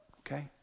okay